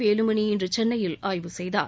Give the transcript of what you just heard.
வேலுமணி இன்று சென்னையில் ஆய்வு செய்தார்